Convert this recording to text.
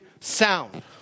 sound